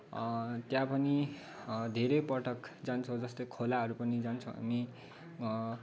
त्यहाँ पनि धेरैपटक जान्छौँ जस्तै खोलाहरू पनि जान्छौँ हामी